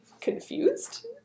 confused